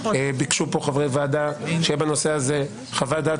חברי הוועדה ביקשו שיהיה בנושא הזה חוות דעת